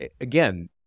again